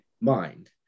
mind